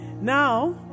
Now